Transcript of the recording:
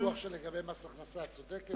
אני לא בטוח שלגבי מס הכנסה את צודקת.